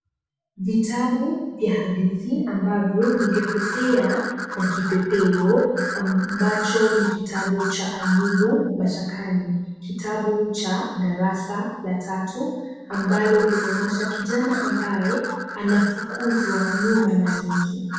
Vitabu vya hadithi ambavyo ni vya pepea na kipepeo ambacho ni kitabu cha Ayubu Mashakani. Kitabu cha darasa la tatu ambalo linaonyesha kijana ambaye anafukuzwa nyuma na nyuki.